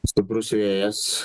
stiprus vėjas